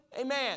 amen